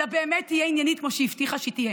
אלא באמת תהיה עניינית כמו שהבטיחה שהיא תהיה,